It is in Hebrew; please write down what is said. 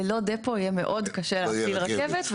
ללא דפו יהיה מאוד קשה להפעיל רכבת.